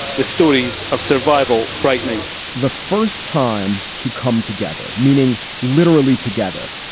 the stories of survival frightening the first time to come together, meaning literally together,